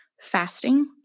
fasting